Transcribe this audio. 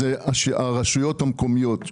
אלה הרשויות המקומיות.